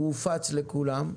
הוא הופץ לכולם.